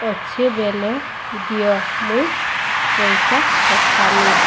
ଅଛି ବେଲେ ଦିଅ ମୁଇଁ ପଇସା ପଠାମି